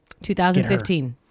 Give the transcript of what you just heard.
2015